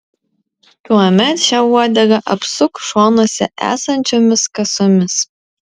tuomet šią uodegą apsuk šonuose esančiomis kasomis